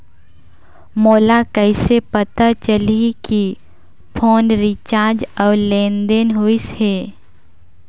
मोला कइसे पता चलही की फोन रिचार्ज और लेनदेन होइस हे?